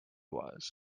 was